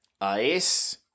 ice